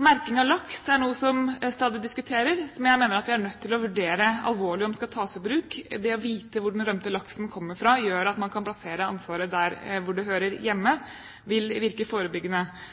Merking av laks er noe som stadig diskuteres, og jeg mener vi er nødt til å vurdere alvorlig om det skal tas i bruk. Det å vite hvor den rømte laksen kommer fra, gjør at man kan plassere ansvaret der hvor det hører hjemme – og det vil virke forebyggende.